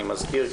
אני מזכיר,